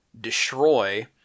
destroy